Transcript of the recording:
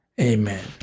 amen